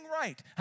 right